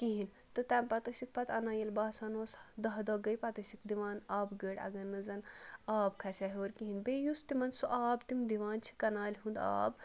کِہیٖنۍ تہٕ تَمہِ پَتہٕ ٲسِکھ پَتہٕ اَنان ییٚلہِ باسان اوس داہ دۄہ گٔے پَتہٕ ٲ سِکھ دِوان آبہٕ گٲڑۍ اگر نہٕ زَن آب کھسہِ ہے ہیوٚر کِہیٖنۍ بیٚیہِ یُس تِمَن سُہ آب تِم دِوان چھِ کَنالہِ ہُنٛد آب